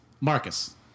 Marcus